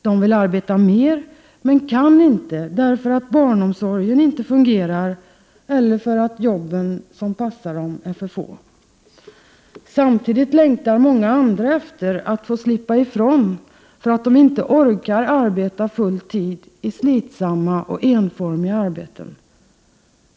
De vill arbeta mer men kan inte därför att barnomsorgen inte fungerar eller för att jobben som passar dem är för få. Samtidigt längtar många andra efter att få slippa ifrån för att de inte orkar arbeta full tid i slitsamma och enformiga arbeten.